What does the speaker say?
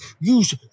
use